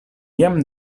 jam